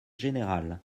générale